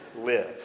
live